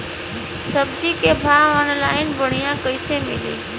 सब्जी के भाव ऑनलाइन बढ़ियां कइसे मिली?